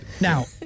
Now